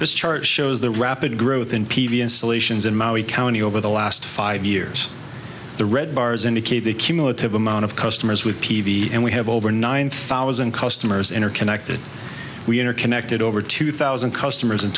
this chart shows the rapid growth in p v installations in maui county over the last five years the red bars indicate the cumulative amount of customers with p v and we have over nine thousand customers interconnected we enter connected over two thousand customers